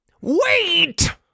wait